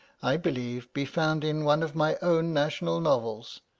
i believe, be found in one of my own national novels,